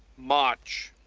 march.